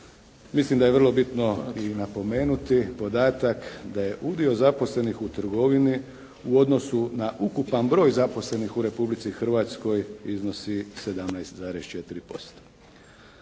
Mislim da je vrlo bitno i napomenuti podatak da je udio zaposlenih u trgovini u odnosu na ukupan broj zaposlenih u Republici Hrvatskoj iznosi 17,4%.